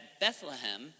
Bethlehem